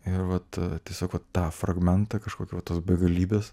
ir vat tiesiog vat tą fragmentą kažkokį va tos begalybės